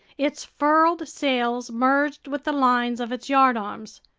its furled sails merged with the lines of its yardarms.